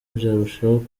byarushaho